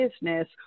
business